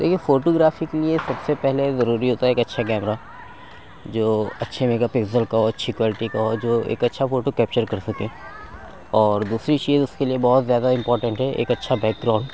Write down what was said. دیکھیے فوٹوگرافی کے لیے سب سے پہلے ضروری ہوتا ہے ایک اچھا کیمرا جو اچھے میگا پکزل کا ہو اچھی کوالٹی کا ہو جو ایک اچھا فوٹو کیپچر کر سکے اور دوسری چیز اس کے لیے بہت زیادہ امپورٹینٹ ہے ایک اچھا بیک گراؤنڈ